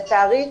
לצערי,